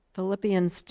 Philippians